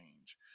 change